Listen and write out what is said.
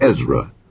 Ezra